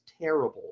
terrible